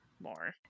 more